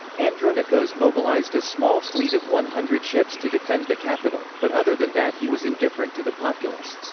andronikos mobilised a small fleet of one hundred ships to defend the capital, but other than that he was indifferent to the populace.